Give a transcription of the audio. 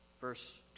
verse